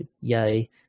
Yay